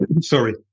sorry